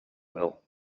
will